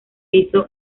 hizo